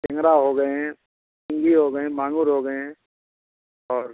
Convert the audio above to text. टेंगरा हो गए हैं सिंगी हो गए हैं मांगुर हो गए हैं और